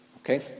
okay